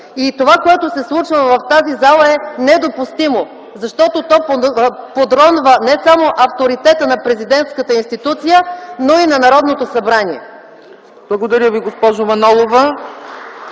и това, което се случва в тази зала, е недопустимо, защото то подронва не само авторитета на президентската институция, но и на Народното събрание. (Ръкопляскания